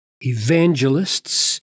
evangelists